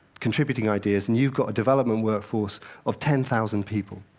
contributing ideas, and you've got a development workforce of ten thousand people.